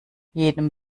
jedem